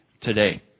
today